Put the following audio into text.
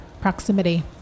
proximity